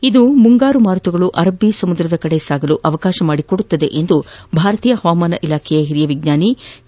ಇದು ಮುಂಗಾರು ಮಾರುತಗಳು ಅರಬ್ಬಿ ಸಮುದ್ರದ ಕಡೆಗೆ ಸಾಗಲು ಅವಕಾಶ ಮಾಡಿಕೊಡುತ್ತದೆ ಎಂದು ಭಾರತೀಯ ಹವಾಮಾನ ಇಲಾಖೆಯ ಹಿರಿಯ ವಿಜ್ಞಾನಿ ಕೆ